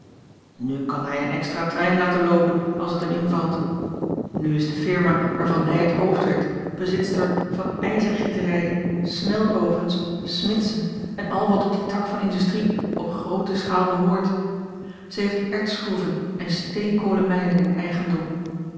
nu kan hij een extra trein laten loopen als het hem invalt nu is de firma waarvan hij het hoofd werd bezitster van ijzergieterijen smeltovens smidsen en al wat tot dien tak van industrie op groote schaal behoort zij heeft ertsgroeven en steenkolenmijnen in eigendom